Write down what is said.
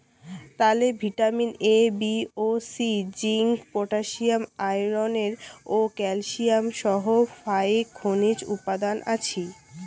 তালে vitamin A, B ও C, zinc, potassium, iron ও ক্যালসিয়াম সহ ফাইক খনিজ উপাদান আছি